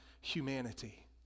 humanity